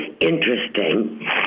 interesting